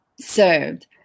served